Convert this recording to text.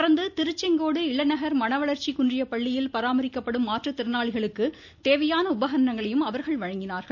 தொடர்ந்து திருச்செங்கோடு இளநகர் மனவளர்ச்சி குன்றிய பள்ளியில் பராமரிக்கப்படும் மாற்றுத்திறனாளிகளுக்கு தேவையான உபகரணங்களையும் அவர்கள் வழங்கினார்கள்